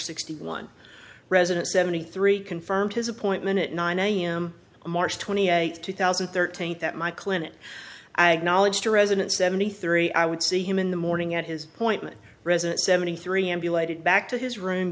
sixty one resident seventy three confirmed his appointment at nine am on march twenty eighth two thousand and thirteen that my clinic knowledge to resident seventy three i would see him in the morning at his appointment present seventy three emulated back to his room